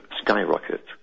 skyrocket